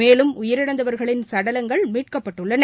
மேலும் உயிரிழந்தவர்களின் சடலங்கள் மீட்கப்பட்டுள்ளன